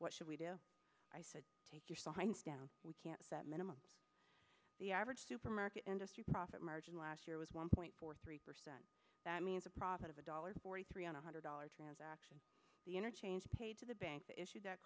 what should we do i said take your minds down we can't set minimum the average supermarket industry profit margin last year was one point four three percent that means a profit of a dollar forty three on a hundred dollar transaction the interchange paid to the bank that issued that